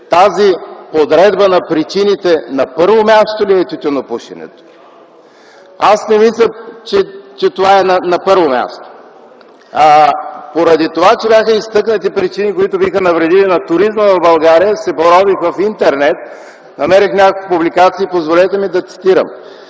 тази подредба на причините непременно на първо място ли е тютюнопушенето? Не мисля, че то е на първо място. Поради това, че бяха изтъкнати причини, които биха навредили на туризма в България, се порових в Интернет и намерих няколко публикации. Позволете ми да цитирам.